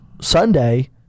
Sunday